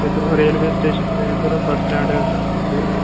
ਅਤੇ ਇੱਥੋਂ railway station ਅਤੇ ਸਰ ਬੱਸ ਸਟੈਂਡ ਕਿੰਨੀ ਕੁ ਦੂਰ ਹੈ